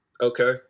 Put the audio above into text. okay